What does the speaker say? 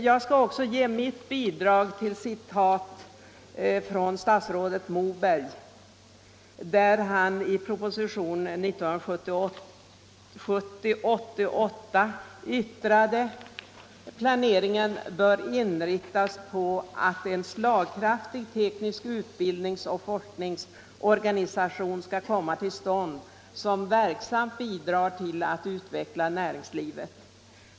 Jag skall också bidra med ett citat från statsrådet Moberg. I propositionen 1970:88 yttrade han: ”Planeringen bör inriktas på att en slagkraftig teknisk utbildningsoch forskningsorganisation skall komma till stånd som verksamt bidrar till att utveckla näringslivet.